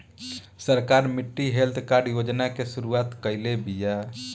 सरकार मिट्टी health card योजना के शुरूआत काइले बिआ